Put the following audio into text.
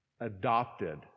Adopted